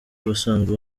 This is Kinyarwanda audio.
basanzwe